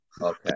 okay